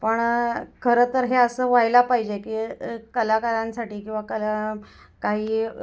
पण खरं तर हे असं व्हायला पाहिजे की कलाकारांसाठी किंवा कला काही